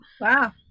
Wow